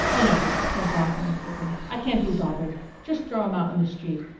oh, no, said bloeckman quickly. i can't be bothered. just throw him out in the street.